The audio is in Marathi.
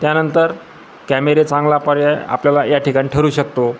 त्यानंतर कॅमेरे चांगला पर्याय आपल्याला या ठिकाणी ठरू शकतो